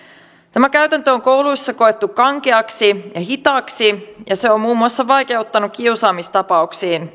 tämä käytäntö on kouluissa koettu kankeaksi ja hitaaksi ja se on muun muassa vaikeuttanut kiusaamistapauksiin